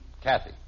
Kathy